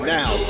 now